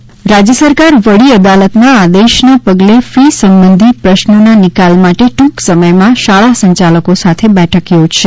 high court રાજ્ય સરકાર વડી અદાલતના આદેશના પગલે ફી સંબંધી પ્રશ્નોના નિકાલ માટે ટૂંક સમયમાં શાળા સંચાલકો સાથે બેઠક યોજાશે